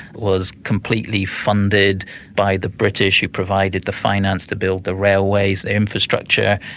was completely funded by the british, who provided the finance to build the railways, the infrastructure,